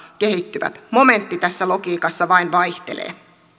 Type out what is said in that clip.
kehittyvät momentti tässä logiikassa vain vaihtelee